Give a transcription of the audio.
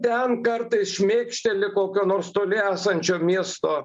ten kartais šmėkšteli kokio nors toli esančio miesto